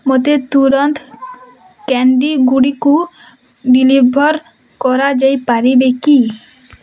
ମୋତେ ତୁରନ୍ତ କ୍ୟାଣ୍ଡିଗୁଡ଼ିକୁ ଡେଲିଭର୍ କରାଯାଇପାରିବେ କି